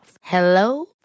Hello